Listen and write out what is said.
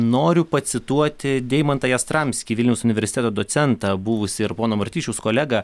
noriu pacituoti deimantą jastramskį vilniaus universiteto docentą buvusį ir pono martišiaus kolegą